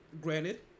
granted